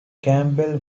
campbell